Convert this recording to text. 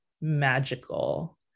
magical